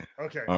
Okay